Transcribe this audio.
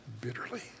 bitterly